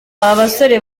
basore